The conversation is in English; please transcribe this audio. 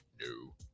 No